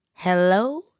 Hello